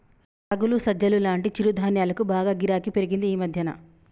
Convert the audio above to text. రాగులు, సజ్జలు లాంటి చిరుధాన్యాలకు బాగా గిరాకీ పెరిగింది ఈ మధ్యన